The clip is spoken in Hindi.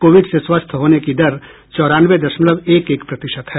कोविड से स्वस्थ होने की दर चौरानवे दशमलव एक एक प्रतिशत है